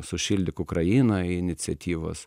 sušildyk ukrainą iniciatyvos